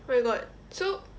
oh my god so